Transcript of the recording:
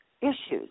issues